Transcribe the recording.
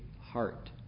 heart